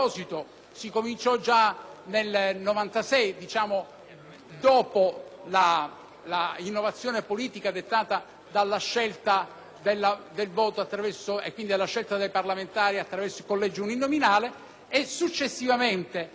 dopo l'innovazione politica dettata dalla scelta del voto e quindi della scelta dei parlamentari attraverso il collegio uninominale e successivamente, quando l'evoluzione